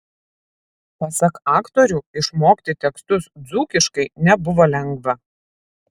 pasak aktorių išmokti tekstus dzūkiškai nebuvo lengva